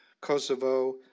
Kosovo